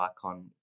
icon